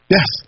Yes